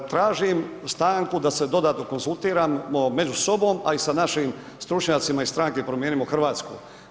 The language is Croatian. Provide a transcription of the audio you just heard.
Tražim stanku da se dodatno konzultiramo među sobom, a i sa našim stručnjacima iz stranke Promijenimo Hrvatsku.